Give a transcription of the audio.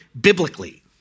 biblically